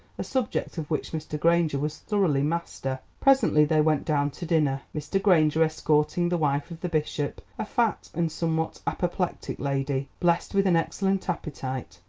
a subject of which mr. granger was thoroughly master. presently they went down to dinner, mr. granger escorting the wife of the bishop, a fat and somewhat apoplectic lady, blessed with an excellent appetite.